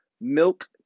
milk